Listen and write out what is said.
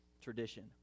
tradition